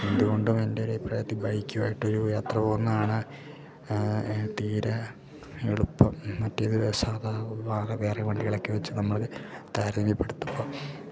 എന്തുകൊണ്ടും എൻ്റെയൊരു അഭിപ്രായത്തിൽ ബൈക്കുമായിട്ടൊരു യാത്ര പോവുന്നതാണ് തീരെ എളുപ്പം മറ്റേത് സാധാ വേറെ വണ്ടികളൊക്കെ വെച്ചു നമ്മൾ താരതമ്യപ്പെടുത്തുമ്പം